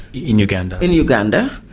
in uganda? in uganda,